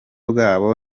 bwabo